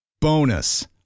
Bonus